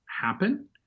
happen